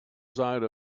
side